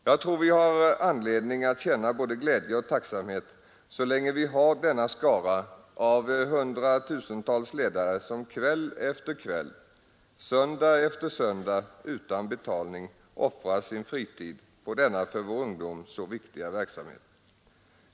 Jag tror vi har anledning att känna både glädje och tacksamhet så länge vi har denna skara av 100 000-tals ledare som kväll efter kväll, söndag efter söndag utan betalning offrar sin fritid på denna för vår ungdom så viktiga verksamhet.